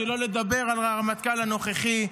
שלא לדבר על הרמטכ"ל הנוכחי,